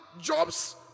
jobs